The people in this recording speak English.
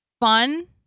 fun